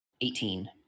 Eighteen